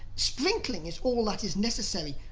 sprinkling is all that is necessary,